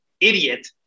Idiot